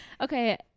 Okay